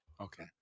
Okay